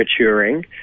maturing